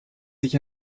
sich